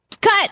cut